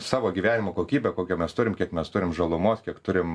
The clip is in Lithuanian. savo gyvenimo kokybę kokią mes turim kiek mes turim žalumos kiek turim